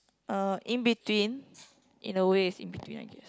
uh in between in a way is in between I guess